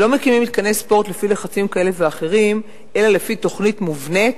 שלא מקימים מתקני ספורט לפי לחצים כאלה ואחרים אלא לפי תוכנית מובנית,